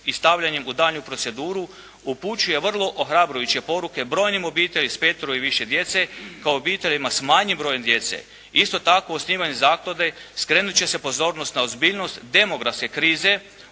i stavljanjem u daljnju proceduru upućuje vrlo ohrabrujuće poruke brojnim obiteljima s petero i više djece, kao i obiteljima s manjim brojem djece. Isto tako osnivanjem zaklade, skrenut će se pozornost na ozbiljnost demografske krize